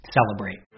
celebrate